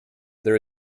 there